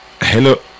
Hello